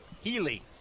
Healy